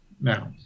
now